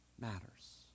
matters